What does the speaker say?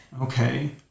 okay